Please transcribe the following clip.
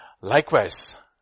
likewise